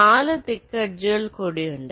4 തിക്ക്എഡ്ജുകൾഉണ്ട്